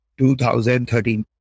2013